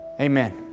amen